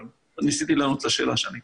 אבל ניסיתי לענות לשאלה שנשאלתי.